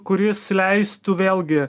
kuris leistų vėlgi